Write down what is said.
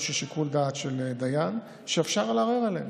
של שיקול דעת של דיין שאפשר לערער עליהן.